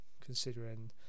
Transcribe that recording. considering